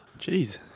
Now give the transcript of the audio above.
Jeez